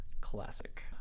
classic